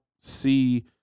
see